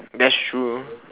that's true